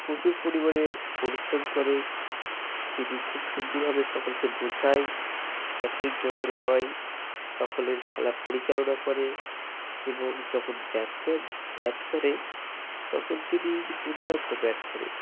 প্রচুর পরিমাণে পরিশ্রম করে তিনি খুব সুন্দরভাবে সকলকে বোঝায় ক্যাপ্টেন যখন হয় সকলের খেলা পরিচালনা করে এবং যখন ব্যাটসম্যান ব্যাট করে তখন তিনি দুর্দান্ত ব্যাট করেন